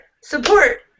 Support